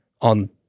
on